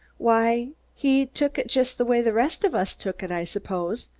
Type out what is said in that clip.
why he took it just the way the rest of us took it, i suppose.